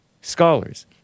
scholars